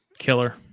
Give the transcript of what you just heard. killer